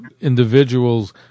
individuals